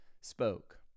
spoke